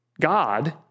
God